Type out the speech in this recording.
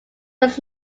was